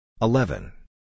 Eleven